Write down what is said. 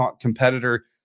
competitor